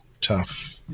tough